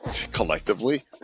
Collectively